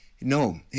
No